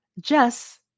Jess